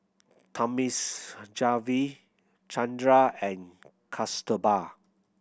Thamizhavel Chandra and Kasturba